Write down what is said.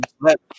let